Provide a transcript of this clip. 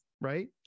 Right